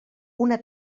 una